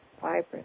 vibrant